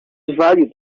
value